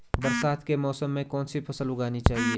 बरसात के मौसम में कौन सी फसल उगानी चाहिए?